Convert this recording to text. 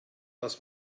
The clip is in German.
das